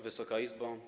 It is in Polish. Wysoka Izbo!